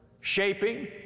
shaping